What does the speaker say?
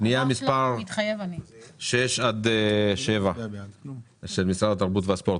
פנייה מספר 6 עד 7 של משרד התרבות והספורט.